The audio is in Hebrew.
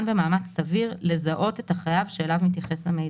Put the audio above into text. במאמץ סביר לזהות את החייב שאליו מתייחס המידע,